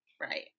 Right